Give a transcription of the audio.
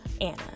Anna